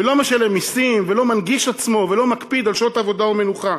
ולא משלם מסים ולא מנגיש עצמו ולא מקפיד על שעות עבודה ומנוחה,